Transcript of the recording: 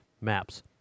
maps